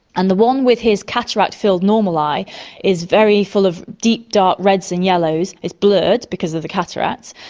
and the one with his cataract-filled normal eye is very full of deep, dark reds and yellows, it's blurred because of the cataracts,